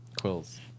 Quills